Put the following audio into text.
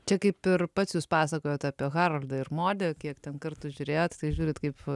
čia kaip ir pats jūs pasakojot apie haroldą ir modę kiek ten kartu žiūrėjot tai žiūrit kaip